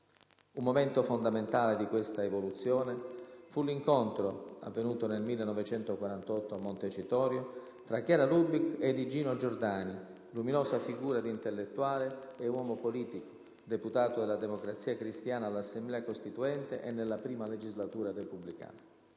Un momento fondamentale di questa evoluzione fu l'incontro, avvenuto nel 1948 a Montecitorio, tra Chiara Lubich ed Igino Giordani, luminosa figura di intellettuale e uomo politico, deputato della Democrazia Cristiana all'Assemblea costituente e nella prima legislatura repubblicana.